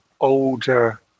older